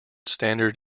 standard